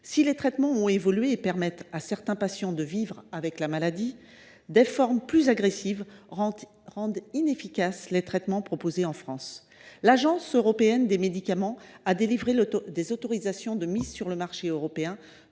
Si les traitements ont évolué et permettent à certains patients de vivre avec la maladie, des formes plus agressives rendent inefficaces les traitements proposés en France. L’Agence européenne des médicaments a délivré des autorisations de mise sur le marché européen